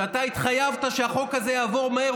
שאתה התחייבת שהחוק הזה יעבור מהר,